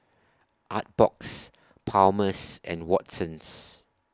Artbox Palmer's and Watsons